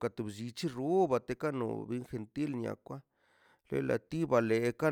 kan tu to bllichi ruba teka kano igentil nia kwa le la tiba lekwa